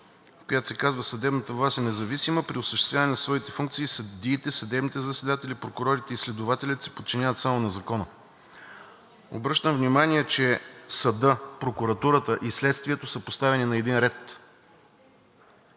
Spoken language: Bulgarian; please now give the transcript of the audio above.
която се казва: „Съдебната власт е независима. При осъществяване на своите функции съдиите, съдебните заседатели, прокурорите и следователите се подчиняват само на закона.“ Обръщам внимание, че съдът, прокуратурата и следствието са поставени на един ред